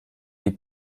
die